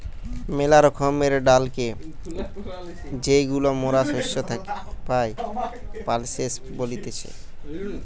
মেলা রকমের ডালকে যেইগুলা মরা শস্য থেকি পাই, পালসেস বলতিছে